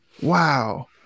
wow